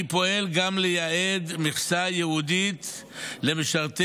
אני פועל גם לייעד מכסה ייעודית למשרתי